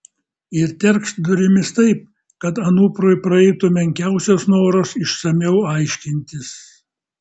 ir terkšt durimis taip kad anuprui praeitų menkiausias noras išsamiau aiškintis